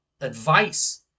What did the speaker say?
advice